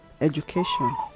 education